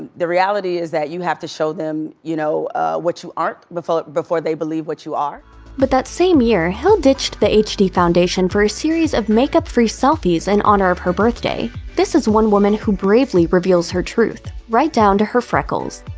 the reality is that you have to show them you know what you aren't before before they believe what you are but that same year, hill ditched the hd foundation for a series of makeup-free selfies in and honor of her birthday. this is one woman who bravely reveals her truth right down to her freckles.